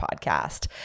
podcast